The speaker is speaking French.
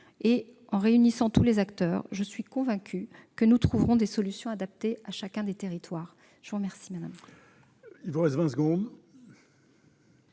; en réunissant tous les acteurs, je suis convaincue que nous trouverons des solutions adaptées à chacun des territoires ! La parole est à Mme